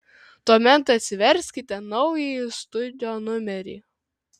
tuomet atsiverskite naująjį studio numerį